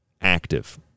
active